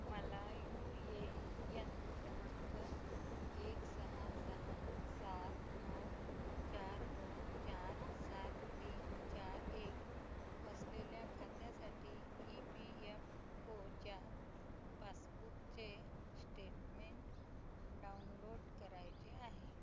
मला U A N क्रमांक एक सहा सहा सात नऊ चार दोन चार सात तीन चार एक असलेल्या खात्यासाठी ई पी एफ ओ च्या पासबुकचे स्टेटमेंट डाउनलोड करायचे आहे